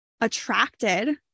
attracted